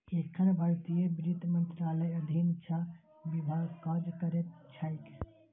एखन भारतीय वित्त मंत्रालयक अधीन छह विभाग काज करैत छैक